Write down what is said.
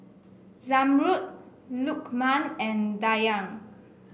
Zamrud Lukman and Dayang